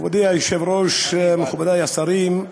מכובדי היושב-ראש, מכובדי השרים,